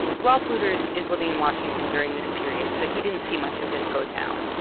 rolf luders is living in washington during this period, so he didn't see much of this go down.